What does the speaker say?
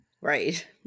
right